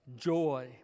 joy